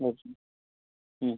okay